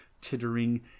tittering